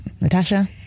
Natasha